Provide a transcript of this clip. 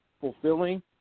fulfilling